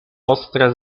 ostre